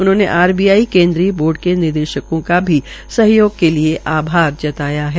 उन्होंने आरबीआई केन्द्रीय बोर्ड के निदेशकों का भी सहयोग के लिए आभार जताया है